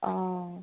অঁ